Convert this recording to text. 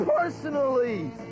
personally